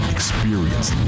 Experience